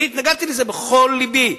אני התנגדתי לזה בכל לבי.